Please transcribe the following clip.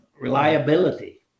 reliability